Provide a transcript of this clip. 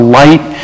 light